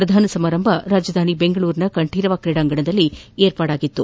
ಪ್ರಧಾನ ಸಮಾರಂಭ ರಾಜಧಾನಿ ಬೆಂಗಳೂರಿನ ಕಂಠೀರವ ಕ್ರೀಡಾಂಗಣದಲ್ಲಿ ನಡೆಯಿತು